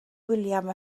william